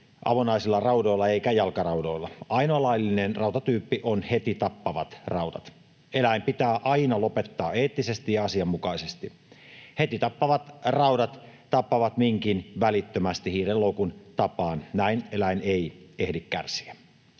avonaisilla raudoilla eikä jalkaraudoilla. Ainoa laillinen rautatyyppi on heti tappavat raudat. Eläin pitää aina lopettaa eettisesti ja asianmukaisesti. Heti tappavat raudat tappavat minkin välittömästi hiirenloukun tapaan. Näin eläin ei ehdi kärsiä.